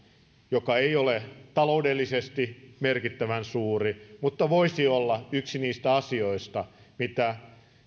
joka ei ole taloudellisesti merkittävän suuri mutta voisi olla yksi niistä asioista mitä voisi toteuttaa kun